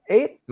Eight